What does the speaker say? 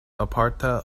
aparta